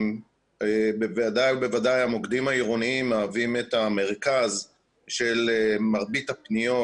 בוודאי המוקדים העירוניים מהווים את המרכז של מרבית הפניות